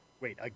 wait